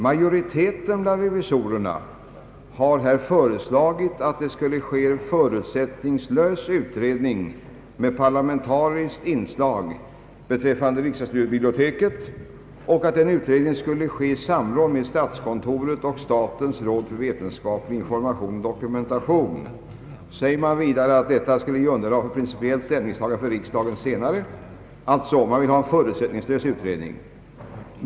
Majoriteten bland revisorerna har föreslagit att det skulle göras en förutsättningslös utredning med parla mentariskt inslag beträffande riksdagsbiblioteket och att denna utredning skulle ske i samråd med statskontoret och statens råd för vetenskaplig information och dokumentation. Majoriteten säger vidare att resultatet av denna utredning skulle ligga till underlag för ett principiellt ställningstagande av riksdagen senare. Man vill alltså ha en förutsättningslös utredning.